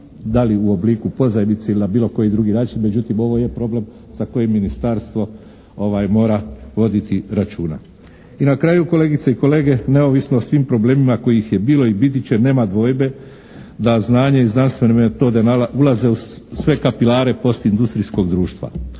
da li u obliku pozajmice ili na bilo koji drugi način. Međutim, ovo je problem za koji ministarstvo mora voditi računa. I na kraju, kolegice i kolege, neovisno o svim problemima kojih je bilo i biti će, nema dvojbe da znanje i znanstvene metode ulaze u sve kapilare postindustrijskog društva.